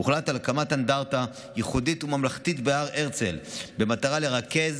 הוחלט על הקמת אנדרטה ייחודית וממלכתית בהר הרצל במטרה לרכז